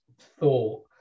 thought